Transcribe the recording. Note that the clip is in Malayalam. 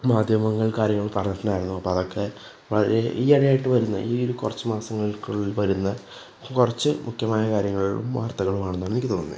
മാധ്യമങ്ങൾ കാര്യങ്ങൾ പറഞ്ഞിട്ടുണ്ടായിരുന്നു അപ്പോള് അതൊക്കെ വളരെ ഈയിടെയായിട്ട് വരുന്ന ഈ ഒരു കുറച്ച് മാസങ്ങൾക്കുള്ളിൽ വരുന്ന കുറച്ച് മുഖ്യമായ കാര്യങ്ങളും വാർത്തകളും ആണെന്നാണ് എനിക്ക് തോന്നുന്നത്